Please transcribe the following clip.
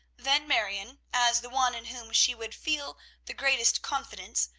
then marion, as the one in whom she would feel the greatest confidence,